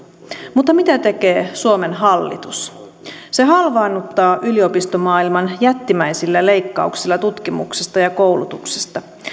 mutta mitä tekee suomen hallitus se halvaannuttaa yliopistomaailman jättimäisillä leikkauksilla tutkimuksesta ja koulutuksesta